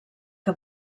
que